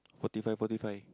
forty five forty five